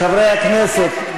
חברי הכנסת,